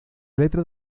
letra